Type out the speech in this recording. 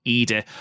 Ida